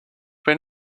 been